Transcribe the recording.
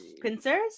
pincers